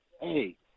hey